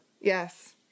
yes